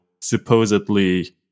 supposedly